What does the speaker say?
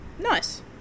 Nice